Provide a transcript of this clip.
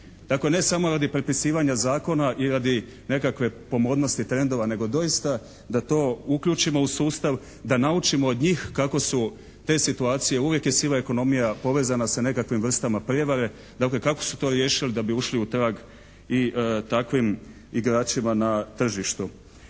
Dakle, ne samo radi prepisivanja zakona i radi nekakve pomodnosti, trendova, nego doista da to uključimo u sustav, da naučimo od njih kako su te situacije, uvijek je siva ekonomija povezana sa nekakvim vrstama prijevare, dakle kako su to riješili da bi ušli u trag i takvim igračima na tržištu.